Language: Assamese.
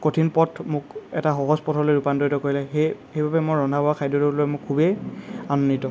কঠিন পথ এটা মোক এটা সহজ পথলৈ ৰূপান্তৰিত কৰিলে সেই সেইবাবে মই ৰন্ধা বঢ়া খাদ্যটোক লৈ মই খুবেই আনন্দিত